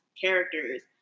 characters